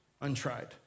untried